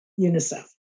UNICEF